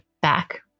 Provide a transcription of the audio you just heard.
back